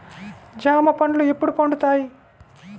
జామ పండ్లు ఎప్పుడు పండుతాయి?